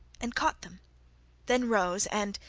and caught them then rose and,